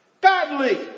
Badly